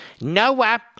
Noah